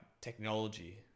technology